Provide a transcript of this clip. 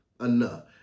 enough